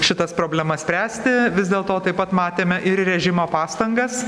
šitas problemas spręsti vis dėl to taip pat matėme ir režimo pastangas